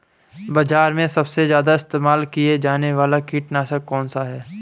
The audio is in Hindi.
बाज़ार में सबसे ज़्यादा इस्तेमाल किया जाने वाला कीटनाशक कौनसा है?